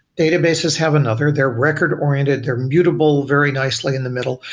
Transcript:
databases have another they're record-oriented, they're mutable very nicely in the middle.